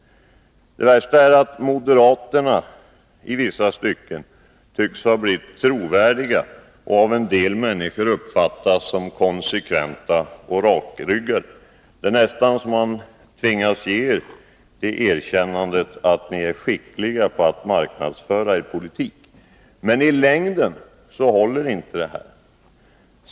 Det värsta är att moderaterna i vissa stycken tycks ha blivit trovärdiga och av en del människor uppfattas som konsekventa och rakryggade. Det är nästan så att man tvingas ge er erkännandet att ni är skickliga på att marknadsföra er politik. Men i längden håller inte detta.